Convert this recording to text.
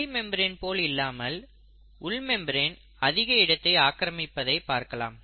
வெளி மெம்பரேன் போல் இல்லாமல் உள் மெம்பரேன் அதிக இடத்தை ஆக்கிரமித்திருப்பத்தை பார்க்கலாம்